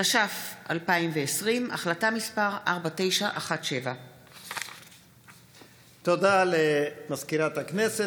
התש"ף 2020, החלטה מס' 4917. תודה למזכירת הכנסת.